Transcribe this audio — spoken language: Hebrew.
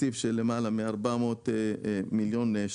קצת דרך ארץ בעניין הזה.